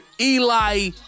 Eli